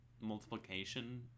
multiplication